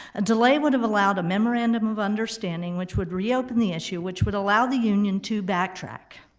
a delay would've allowed a memorandum of understanding which would reopen the issue, which would allow the union to backtrack.